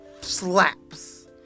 Slaps